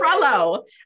Trello